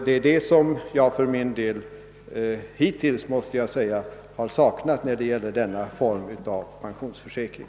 Det är detta som jag hittills har saknat när det gäller denna form av pensionsförsäkring.